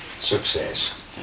success